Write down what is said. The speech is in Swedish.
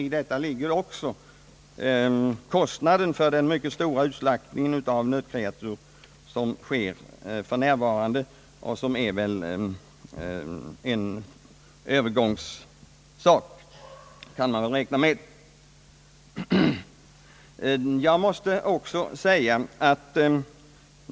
I detta ligger också kostnaden för den mycket stora utslaktningen av nötkreatur, som för närvarande sker och som väl ändå är en Öövergångsföreteelse.